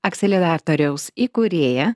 akseleratoriaus įkūrėja